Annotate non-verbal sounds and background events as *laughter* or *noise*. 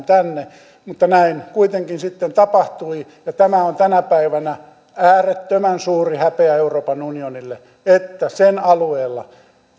*unintelligible* tänne mutta näin kuitenkin sitten tapahtui ja on tänä päivänä äärettömän suuri häpeä euroopan unionille että sen alueella